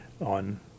on